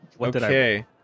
Okay